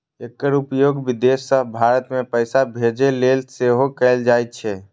एकर उपयोग विदेश सं भारत मे पैसा भेजै लेल सेहो कैल जाइ छै